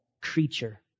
creature